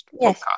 Yes